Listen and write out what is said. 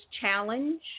challenge